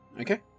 Okay